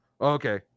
okay